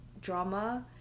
drama